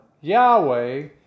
Yahweh